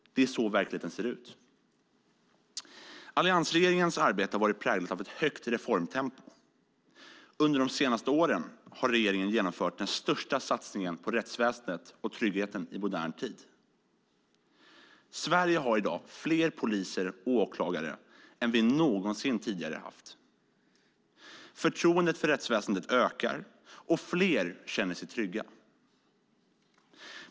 Så ser verkligheten ut. Alliansregeringens arbete har varit präglat av ett högt reformtempo. Under de senaste åren har regeringen genomfört den största satsningen på rättsväsendet och tryggheten i modern tid. Sverige har i dag fler poliser och åklagare än vi någonsin tidigare haft. Förtroendet för rättsväsendet ökar, och fler känner sig trygga.